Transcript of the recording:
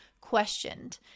questioned